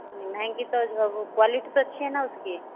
महंगी तो जो है वो क्वालिटी तो अच्छी है न उसकी